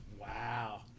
Wow